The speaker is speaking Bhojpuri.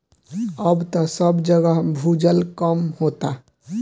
अब त सब जगह भूजल कम होता